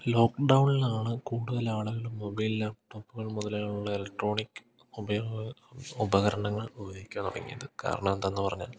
ലോക്ക്ഡൗണിലാണ് കൂടുതൽ ആളുകൾ മൊബൈൽ ലാപ്ടോപ്പുകൾ മുതലായുള്ള ഇലക്ട്രോണിക് ഉപകരണങ്ങൾ ഉപയോഗിക്കാൻ തുടങ്ങിയത് കാരണം എന്താണെന്നു പറഞ്ഞാൽ